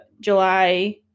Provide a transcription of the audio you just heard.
July